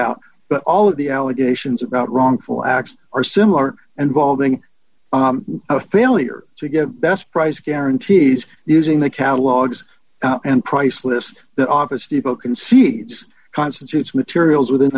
out but all of the allegations about wrongful acts are similar and valving a failure to get the best price guarantees using the catalogues and price list the office depot concedes constitutes materials within